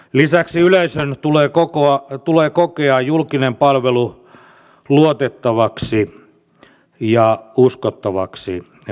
lisäksi yleisön tulee kokea julkinen palvelu luotettavaksi ja uskottavaksi mediatoimijaksi